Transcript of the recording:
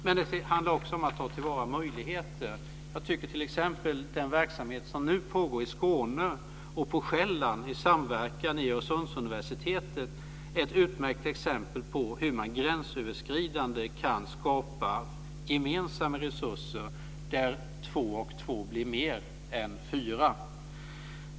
Men det handlar också om att ta till vara möjligheter. Jag tycker att t.ex. den verksamhet som nu pågår i Skåne och på Sjælland i samverkan i Öresundsuniversitetet är ett utmärkt exempel på hur man gränsöverskridande kan skapa gemensamma resurser där två och två blir mer än fyra.